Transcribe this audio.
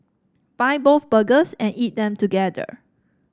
buy both burgers and eat them together